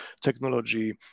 technology